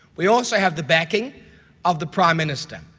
we also have the backing of the prime minister,